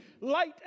light